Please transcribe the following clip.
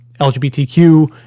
LGBTQ